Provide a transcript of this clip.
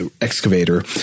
excavator